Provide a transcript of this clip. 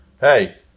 Hey